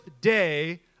day